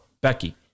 Becky